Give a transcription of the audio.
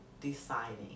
deciding